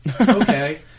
Okay